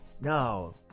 No